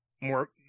more